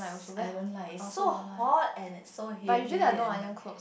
I don't like so hot and it's so heavy and like